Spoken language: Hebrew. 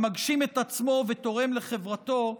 המגשים את עצמו ותורם לחברתו,